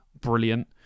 brilliant